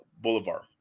Boulevard